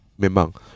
Memang